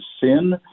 sin